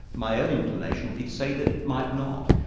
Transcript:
my own inclination would be to say that it might not.